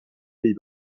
pays